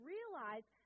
Realize